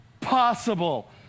possible